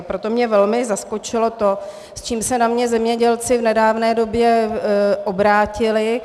Proto mě velmi zaskočilo to, s čím se na mě zemědělci v nedávné době obrátili.